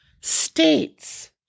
states